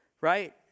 Right